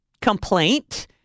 complaint